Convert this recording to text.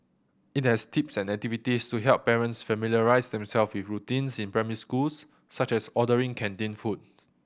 it has tips and activities to help parents familiarise them self with routines in primary schools such as ordering canteen food